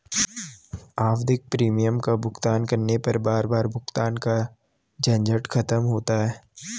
आवधिक प्रीमियम का भुगतान करने पर बार बार भुगतान का झंझट खत्म होता है